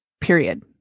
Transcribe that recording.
period